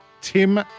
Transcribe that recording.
Tim